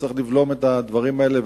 וצריך לבלום את הדברים האלה.